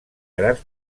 grans